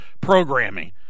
programming